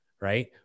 right